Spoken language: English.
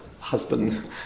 husband